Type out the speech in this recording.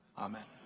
amen.